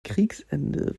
kriegsende